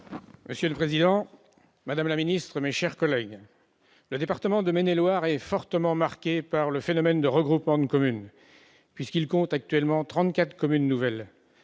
Monsieur le président, madame la ministre, mes chers collègues, le département de Maine-et-Loire est fortement marqué par le phénomène de regroupement de communes, puisqu'il compte actuellement 34 communes nouvelles.